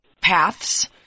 paths